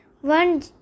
one